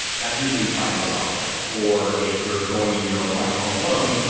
that's usually fico software, or if you're going and you're applying for a loan,